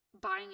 buying